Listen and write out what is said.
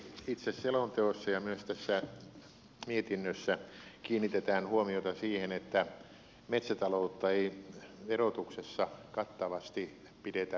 itse selonteossa ja myös tässä mietinnössä kiinnitetään huomiota siihen että metsätaloutta ei verotuksessa kattavasti pidetä yritystoimintana